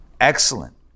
Excellent